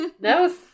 No